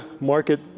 market